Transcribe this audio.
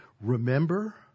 remember